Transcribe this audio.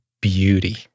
beauty